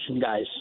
guys